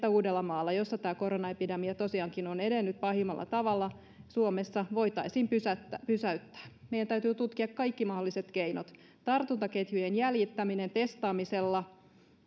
että uudellamaalla jossa tämä koronaepidemia tosiaankin on edennyt pahimmalla tavalla suomessa voitaisiin pysäyttää pysäyttää meidän täytyy tutkia kaikki mahdolliset keinot tartuntaketjujen jäljittäminen testaamisella